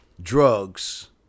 drugs